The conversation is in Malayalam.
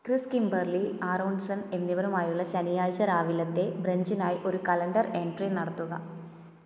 ക്രിസ് കിംബർലി ആരോൺസൺ എന്നിവരുമായുള്ള ശനിയാഴ്ച രാവിലത്തെ ബ്രഞ്ചിനായി ഒരു കലണ്ടർ എൻട്രി നടത്തുക